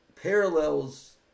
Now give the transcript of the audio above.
parallels